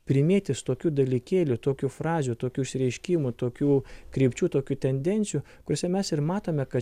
primėtys tokių dalykėlių tokių frazių tokių išsireiškimų tokių krypčių tokių tendencijų kuriose mes ir matome kad